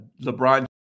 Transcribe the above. LeBron